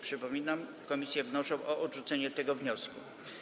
Przypominam, że komisje wnoszą o odrzucenie tego wniosku.